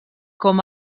com